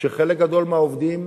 שחלק גדול מהעובדים,